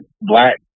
black